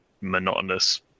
monotonous